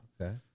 Okay